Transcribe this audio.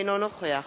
אינו נוכח